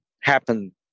happen